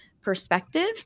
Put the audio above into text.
perspective